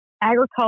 agriculture